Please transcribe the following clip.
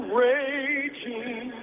raging